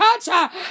touch